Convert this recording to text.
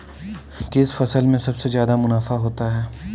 किस फसल में सबसे जादा मुनाफा होता है?